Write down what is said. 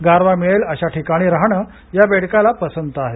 गारवा मिळेल अशा ठिकाणी राहणं या बेडकाला पसंत आहे